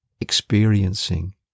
experiencing